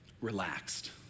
relaxed